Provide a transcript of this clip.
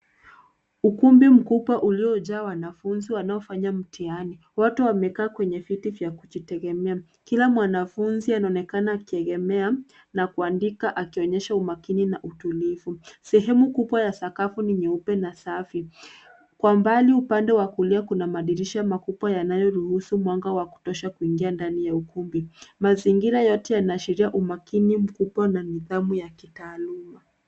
Ukumbi mkubwa uliojaa wanafunzi wanaofanya mtihani. Watu wamekaa kwenye viti vya kujitegemea. Kila mwanafunzi anaonekana akiegemea na kuandika akionyesha umakini na utulivu. Sehemu kubwa ya sakafu ni nyeupe na safi. Kwa mbali upande wa kulia kuna madirisha makubwa yanayoruhusu mwanga wa kutosha kuingia ndani ya ukumbi. Mazingira yote yanaashiria umakini mkubwa na nidhamu ya kitaaluma.